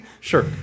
Sure